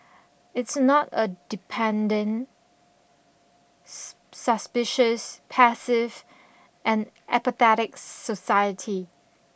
it's not a dependent suspicious passive and apathetic society